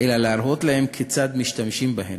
אלא להראות להם כיצד משתמשים בהן.